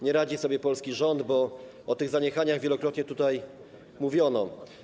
Nie radzi sobie polski rząd, bo o tych zaniechaniach wielokrotnie tutaj mówiono.